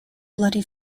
bloody